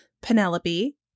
Penelope